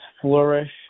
flourish